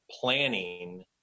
planning